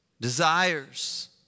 desires